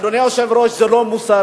אדוני היושב-ראש, זה לא מוסרי.